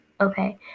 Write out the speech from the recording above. Okay